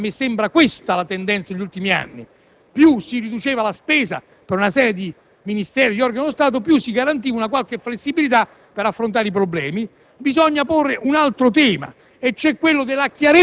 (perché è stata, a me sembra, questa la tendenza degli ultimi anni: più si riduceva la spesa per una serie di Ministeri e di organi dello Stato, più si garantiva una qualche flessibilità per affrontare i problemi), bisogna porre un altro tema,